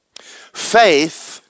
Faith